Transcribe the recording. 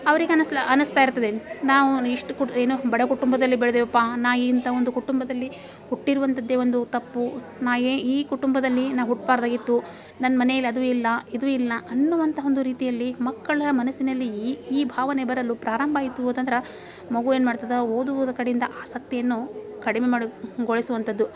ಅವ್ರಿಗೆ ಅನ್ನಿಸ್ಲ ಅನ್ನಿಸ್ತಾಯಿರ್ತದೆ ನಾವು ಇಷ್ಟು ಕೊಡ ಬಡ ಕುಟುಂಬದಲ್ಲಿ ಬೆಳೆದೆವಪ್ಪಾ ನಾನು ಇಂಥ ಒಂದು ಕುಟುಂಬದಲ್ಲಿ ಹುಟ್ಟಿರುವಂಥದ್ದೆ ಒಂದು ತಪ್ಪು ನಾನು ಎ ಈ ಕುಟುಂಬದಲ್ಲಿ ನಾನು ಹುಟ್ಟಬಾರ್ದಾಗಿತ್ತು ನನ್ನ ಮನೆಲಿ ಅದು ಇಲ್ಲ ಇದು ಇಲ್ಲ ಅನ್ನುವಂಥ ಒಂದು ರೀತಿಯಲ್ಲಿ ಮಕ್ಕಳ ಮನಸಿನಲ್ಲಿ ಈ ಭಾವನೆ ಬರಲು ಪ್ರಾರಂಭ ಆಯಿತು ಹೋಯ್ತಂದ್ರ ಮಗು ಏನು ಮಾಡ್ತದೆ ಓದುವುದ ಕಡೆಯಿಂದ ಆಸಕ್ತಿಯನ್ನು ಕಡಿಮೆ ಮಾಡು ಗೊಳಿಸುವಂಥದ್ದು